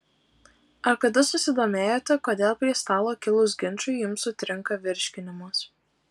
ar kada susidomėjote kodėl prie stalo kilus ginčui jums sutrinka virškinimas